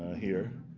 here.